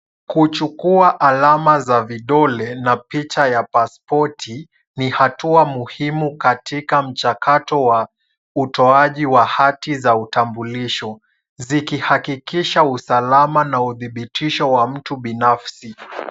Kuchukua alama za vidole na picha ya pasipoti ni hatua muhimu katika mchakato wa utoaji wa hati za utambulisho, zikihakikisha usalama na udhibitisho wa mtu binafsi.